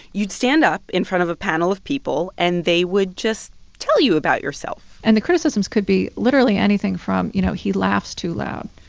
you'd stand up in front of a panel of people. and they would just tell you about yourself and the criticisms could be literally anything from, you know, he laughs too loud.